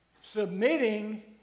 Submitting